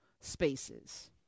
spaces